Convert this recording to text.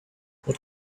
what